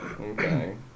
Okay